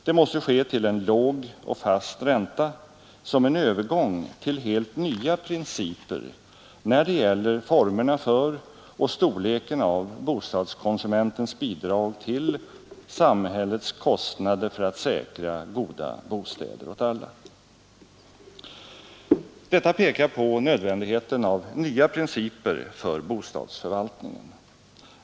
Det måste ske till en låg och fast ränta som en övergång till helt nya principer när det gäller formerna för och storleken av bostadskonsumenternas bidrag till samhällets kostnader för att säkra goda bostäder åt alla. Detta pekar på nödvändigheten av nya principer för bostadsförvaltningen.